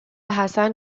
حسن